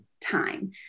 time